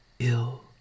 ill